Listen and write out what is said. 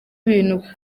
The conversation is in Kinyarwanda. ibintu